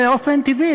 באופן טבעי,